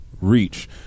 reach